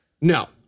No